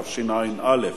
התשע"א.